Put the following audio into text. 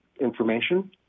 information